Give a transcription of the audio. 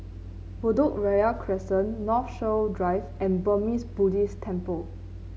Bedok Ria Crescent Northshore Drive and Burmese Buddhist Temple